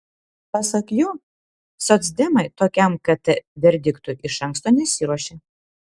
pasak jo socdemai tokiam kt verdiktui iš anksto nesiruošė